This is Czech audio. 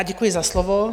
Děkuji za slovo.